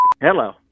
Hello